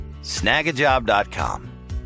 snagajob.com